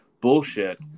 bullshit